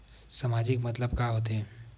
सामाजिक मतलब का होथे?